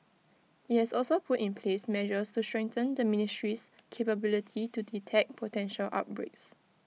IT has also put in place measures to strengthen the ministry's capability to detect potential outbreaks